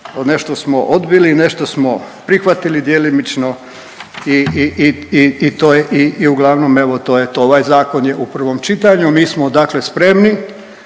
Nešto smo odbili, nešto smo prihvatili djelimično i to je uglavnom evo to je to. Ovaj zakon u prvom čitanju mi smo dakle spremni